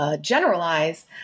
generalize